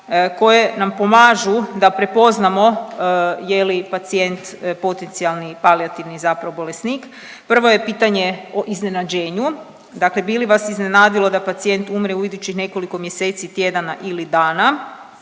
koje nam pomažu da prepoznamo je li pacijent potencijalni palijativni zapravo bolesnik. Prvo je pitanje o iznenađenju, dakle bi li vas iznenadilo da pacijent umre u idućih nekoliko mjeseci, tjedana ili dana,